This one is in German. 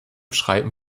schreiben